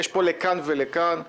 יש פה לכאן ולכאן.